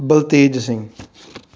Baltej Singh